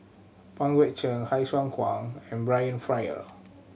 Pang Guek Cheng Sai Hua Kuan and Brian Farrell